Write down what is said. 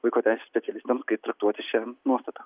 vaiko teisių specialistams kaip traktuoti šią nuostatą